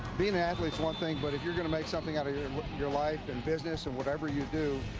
being an athlete is one thing, but if you're going to make something out of your your life and business and whatever you do,